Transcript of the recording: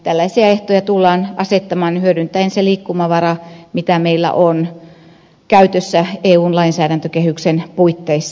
tällaisia ehtoja tullaan asettamaan hyödyntäen se liikkumavara mitä meillä on käytössä eun lainsäädäntökehyksen puitteissa